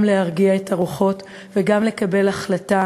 גם להרגיע את הרוחות וגם לקבל החלטה